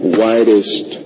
widest